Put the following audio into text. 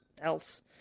else